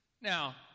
now